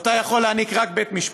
ואותה יכול להעניק רק בית-משפט,